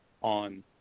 on